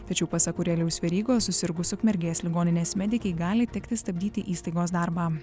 tačiau pasak aurelijaus verygos susirgus ukmergės ligoninės medikei gali tekti stabdyti įstaigos darbą